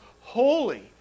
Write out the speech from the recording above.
holy